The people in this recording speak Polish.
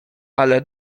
ale